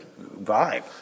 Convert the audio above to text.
vibe